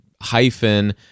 hyphen